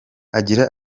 agira